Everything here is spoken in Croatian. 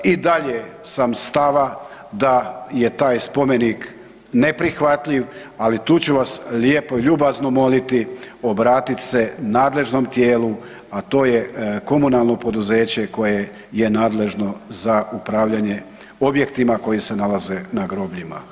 I dalje sam stava da je taj spomenik neprihvatljiv, ali tu ću vas lijepo ljubazno moliti obratit se nadležnom tijelu, a to je komunalno poduzeće koje je nadležno za upravljanje objektima koji se nalaze na grobljima.